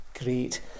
great